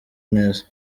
neza